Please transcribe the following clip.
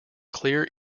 clear